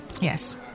Yes